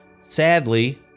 sadly